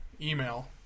email